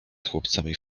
chłopcami